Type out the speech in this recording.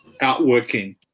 outworking